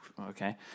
okay